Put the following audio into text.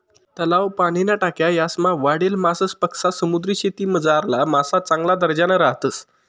तलाव, पाणीन्या टाक्या यासमा वाढेल मासासपक्सा समुद्रीशेतीमझारला मासा चांगला दर्जाना राहतस